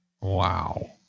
Wow